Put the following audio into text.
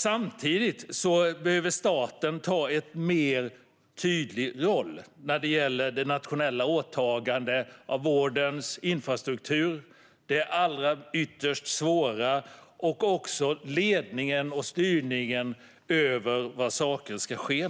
Samtidigt behöver staten en tydligare roll när det gäller det nationella åtagandet för vårdens infrastruktur - det ytterst allra svåraste - samt ledningen och styrningen av var saker ska ske.